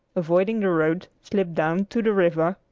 avoiding the road, slipped down to the river,